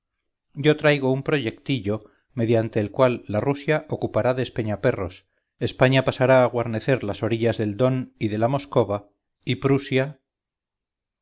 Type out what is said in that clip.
yo traigo un proyectillo mediante el cual la rusia ocupará despeñaperros españa pasará a guarnecer las orillas del don y de la moscowa y prusia